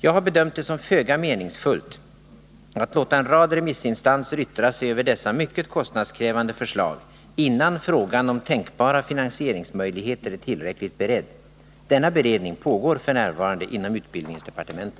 Jag har bedömt det som föga meningsfullt att låta en rad remissinstanser yttra sig över dessa mycket kostnadskrävande förslag innan frågan om tänkbara finansieringsmöjligheter är tillräckligt beredd. Denna beredning pågår f. n. inom utbildningsdepartementet.